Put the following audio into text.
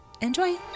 enjoy